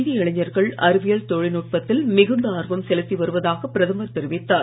இந்திய இளைஞர்கள் அறிவியல் தொழில்நுட்பத்தில் மிகுந்த ஆர்வம் செலுத்தி வருவதாக பிரதமர் தெரிவித்தார்